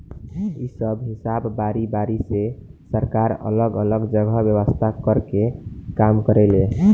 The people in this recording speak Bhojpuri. इ सब हिसाब बारी बारी से सरकार अलग अलग जगह व्यवस्था कर के काम करेले